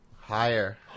Higher